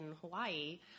Hawaii